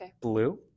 blue